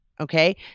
Okay